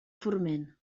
forment